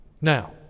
Now